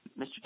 Mr